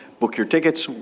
book your tickets.